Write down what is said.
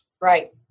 Right